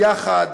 יחד